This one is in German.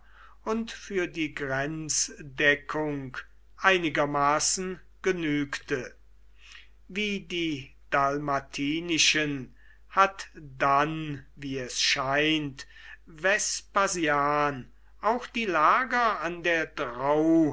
und für die grenzdeckung einigermaßen genügte wie die dalmatinischen hat dann wie es scheint vespasian auch die lager an der